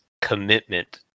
commitment